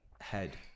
head